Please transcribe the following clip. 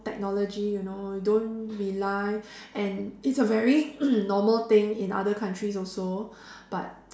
technology you know you don't rely and it's a very normal thing in other countries also but